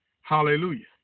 Hallelujah